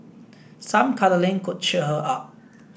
some cuddling could cheer her up